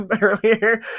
earlier